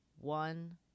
one